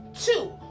two